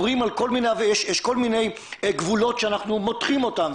יש כל מיני גבולות שאנחנו מותחים אותם,